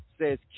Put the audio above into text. says